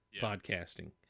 podcasting